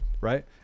Right